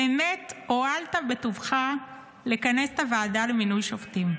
באמת הואלת בטובך לכנס את הוועדה למינוי שופטים.